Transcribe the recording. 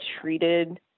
treated